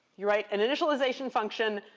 you write an initialization function,